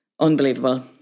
Unbelievable